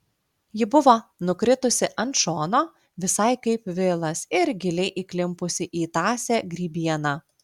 ji buvo nukritusi ant šono visai kaip vilas ir giliai įklimpusi į tąsią grybieną